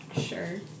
Sure